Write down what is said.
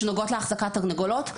שנוגעות להחזקת תרנגולות,